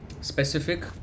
specific